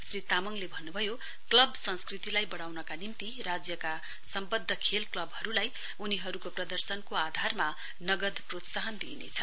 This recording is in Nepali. श्री तामङले भन्नुभयो क्लब संस्कृतिलाई वढ़ाउनका निम्ति राज्यका सम्वध्द खेल क्लबलाई उनीहरुको प्रदर्शनको आधारमा नगद प्रोत्साहन दिइनेछ